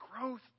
Growth